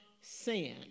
sin